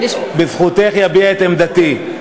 אני, בזכותך, אביע את עמדתי.